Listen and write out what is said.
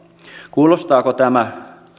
kuulostaako tämä